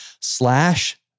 slash